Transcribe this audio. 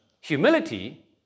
Humility